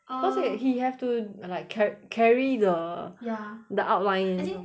err cause right he have to like ca~ carry the the ya outline eh I think